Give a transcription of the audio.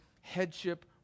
headship